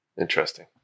Interesting